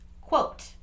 Quote